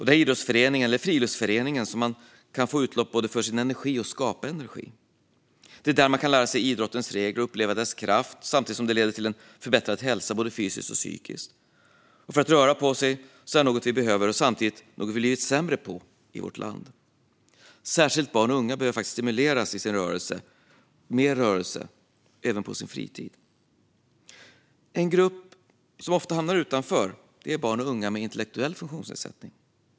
Det är i idrotts eller friluftsföreningen som man både kan få utlopp för sin energi och kan skapa energi. Det är där man kan lära sig idrottens regler och uppleva dess kraft, samtidigt som det leder till en förbättrad hälsa, både fysiskt och psykiskt. Vi behöver röra på oss, samtidigt som det är någonting som vi har blivit sämre på i vårt land. Särskilt barn och unga behöver stimuleras till mer rörelse även på sin fritid. En grupp som ofta hamnar utanför är barn och unga med intellektuell funktionsnedsättning.